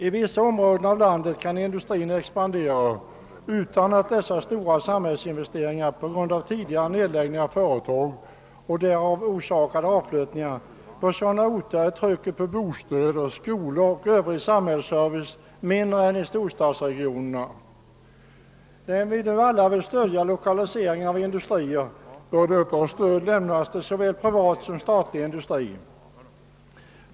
I vissa områden av landet kan industrin expandera utan dessa stora samhällsinvesteringar på grund av tidigare nedläggning av företag och därav orsakade avflyttningar. På sådana orter är trycket på bostäder, skolor och övrig samhällsservice mindre än i storstadsregionerna. När vi nu alla vill stödja lokaliseringen av industrier bör detta stöd lämnas till såväl privat som statlig industri.